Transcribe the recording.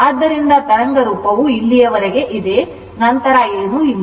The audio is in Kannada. ಆದ್ದರಿಂದ ತರಂಗ ರೂಪವು ಇಲ್ಲಿಯವರೆಗೆ ಇದೆ ನಂತರ ಏನೂ ಇಲ್ಲ